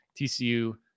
TCU